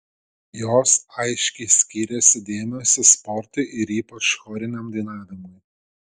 jos aiškiai skyrėsi dėmesiu sportui ir ypač choriniam dainavimui